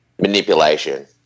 manipulation